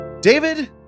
David